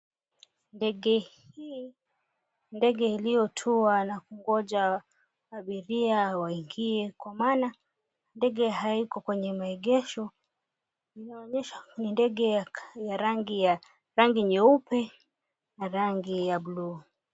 Ndege hii, ndege iliyotua na kungoja abiria waingie kwa maana ndege haiko kwenye maegesho. Ni ndege ya rangi nyeupe na rangi ya buluu.